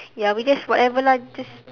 ya we just whatever lah just